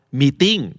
meeting